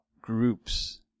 groups